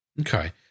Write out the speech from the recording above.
Okay